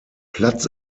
platz